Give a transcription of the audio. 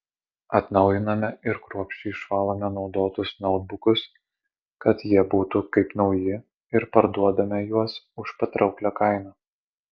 atnaujiname ir kruopščiai išvalome naudotus nautbukus kad jie būtų kaip nauji ir parduodame juos už patrauklią kainą